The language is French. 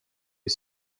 est